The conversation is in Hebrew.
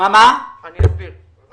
אני לא יודע אם הם מושפעים,